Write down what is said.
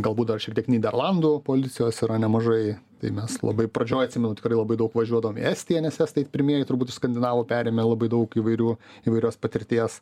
galbūt dar šiek tiek nyderlandų policijos yra nemažai tai mes labai pradžioj atsimenu tikrai labai daug važiuodavom į estiją nes estai pirmieji turbūt iš skandinavų perėmė labai daug įvairių įvairios patirties